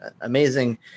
amazing